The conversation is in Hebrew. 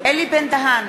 אלי בן-דהן,